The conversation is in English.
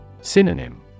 Synonym